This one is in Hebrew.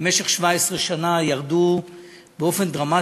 במשך 17 שנה ירדו באופן דרמטי,